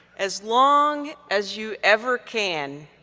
as long as you ever can,